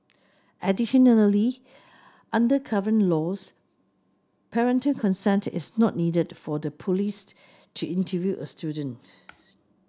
additionally under current laws parental consent is not needed for the police to interview a student